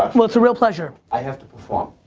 well, it's a real pleasure. i have to perform.